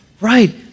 Right